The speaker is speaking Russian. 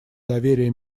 доверия